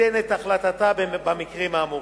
תיתן את החלטתה במקרים האמורים.